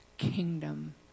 kingdom